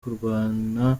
kurwana